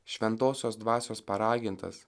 šventosios dvasios paragintas